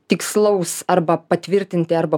tikslaus arba patvirtinti arba